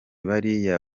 bariya